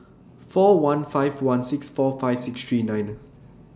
four one five one six four five six three nine